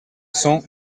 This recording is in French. cent